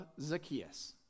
Zacchaeus